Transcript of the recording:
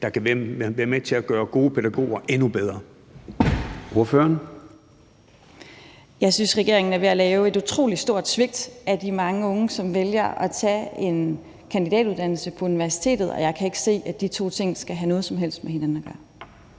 der kan være med til at gøre gode pædagoger endnu bedre.